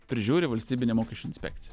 prižiūri valstybinė mokesčių inspekcija